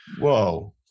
Whoa